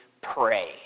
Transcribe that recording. pray